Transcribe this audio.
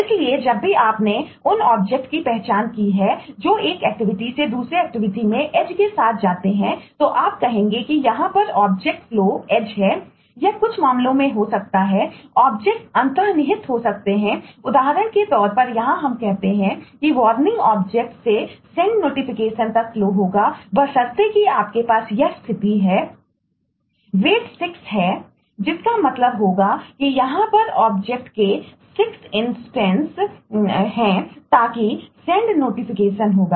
इसलिए जब भी आप ने उन ऑब्जेक्ट होगा